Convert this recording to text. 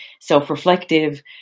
self-reflective